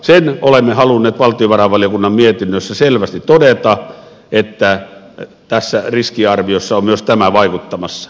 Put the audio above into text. sen olemme halunneet valtiovarainvaliokunnan mietinnössä selvästi todeta että tässä riskiarviossa on myös tämä vaikuttamassa